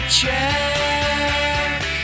check